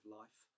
life